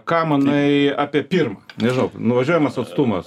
ką manai apie pirmą nežinau nuvažiuojamas atstumas